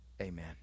Amen